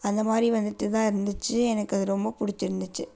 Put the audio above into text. அந்த மாதிரி வந்துட்டு தான் இருந்துச்சு எனக்கு அது ரொம்ப பிடிச்சிருந்துச்சி